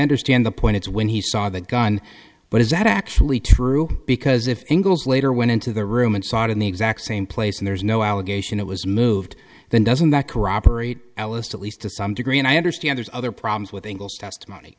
understand the point it's when he saw the gun but is that actually true because if engels later went into the room and saw it in the exact same place and there's no allegation it was moved then doesn't that corroborate ellis at least to some degree and i understand there's other problems with testimony